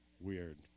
weird